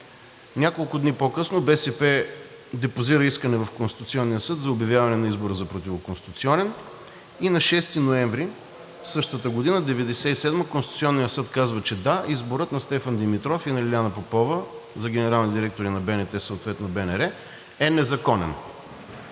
Няколко дни по-късно ДПС депозира искане в Конституционния съд за обявяване на избора за противоконституционен и на 6 ноември същата 1997 г. Конституционният съд казва, че – да, изборът на Стефан Димитров и на Лиляна Попова за генерални директор съответно на БНТ и БНР е незаконен.